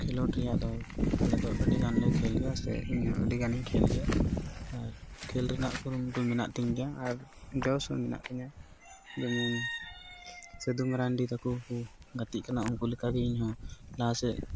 ᱠᱷᱮᱞᱳᱰ ᱨᱮᱭᱟᱜ ᱫᱚ ᱟᱞᱮ ᱫᱚ ᱟᱹᱰᱤᱜᱟᱱ ᱞᱮ ᱠᱷᱮᱞ ᱜᱮᱭᱟ ᱥᱮ ᱤᱧᱦᱚᱸ ᱟᱹᱰᱤ ᱜᱟᱱᱤᱧ ᱠᱷᱮᱞ ᱜᱮᱭᱟ ᱟᱨ ᱠᱷᱮᱞ ᱨᱮᱭᱟᱜ ᱠᱩᱨᱩᱢᱩᱴᱩ ᱢᱮᱱᱟᱜ ᱛᱤᱧ ᱜᱮᱭᱟ ᱟᱨ ᱡᱚᱥ ᱦᱚᱸ ᱢᱮᱱᱟᱜ ᱛᱤᱧᱟ ᱥᱟᱹᱫᱷᱩ ᱢᱟᱨᱟᱱᱰᱤ ᱛᱟᱠᱚ ᱠᱚ ᱜᱟᱛᱮᱜ ᱠᱟᱱᱟ ᱩᱱᱠᱩ ᱞᱮᱠᱟᱜᱮ ᱤᱧᱦᱚᱸ ᱞᱟᱦᱟᱥᱮᱫ